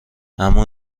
اما